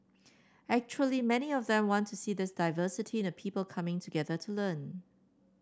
actually many of them want to see this diversity in the people coming together to learn